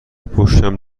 پشتم